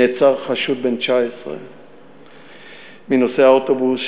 נעצר חשוד בן 19 מנוסעי האוטובוס,